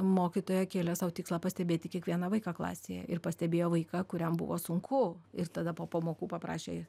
mokytoja kėlė sau tikslą pastebėti kiekvieną vaiką klasėje ir pastebėjo vaiką kuriam buvo sunku ir tada po pamokų paprašė